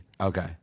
Okay